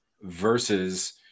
versus